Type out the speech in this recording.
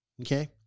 Okay